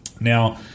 Now